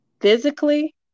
physically